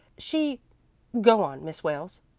she go on, miss wales.